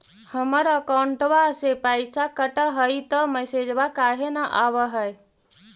हमर अकौंटवा से पैसा कट हई त मैसेजवा काहे न आव है?